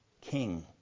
King